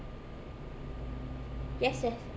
yes yes